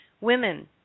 Women